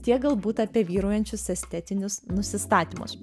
tiek galbūt apie vyraujančius estetinius nusistatymus